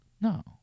No